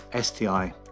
STI